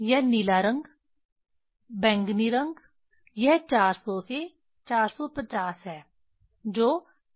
यह नीला रंग बैंगनी रंग यह 400 से 450 है जो बैंगनी रंग है